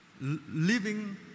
living